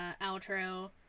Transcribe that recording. outro